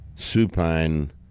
Supine